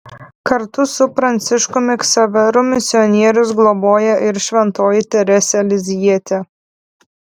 kartu su pranciškumi ksaveru misionierius globoja ir šventoji teresė lizjietė